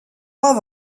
pas